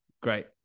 Great